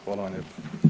Hvala vam lijepa.